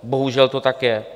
Bohužel to tak je.